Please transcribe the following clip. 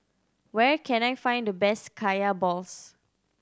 where can I find the best Kaya balls